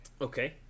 Okay